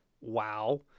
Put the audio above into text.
wow